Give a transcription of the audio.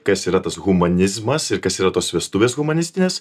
kas yra tas humanizmas ir kas yra tos vestuvės humanistinės